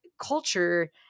culture